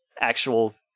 actual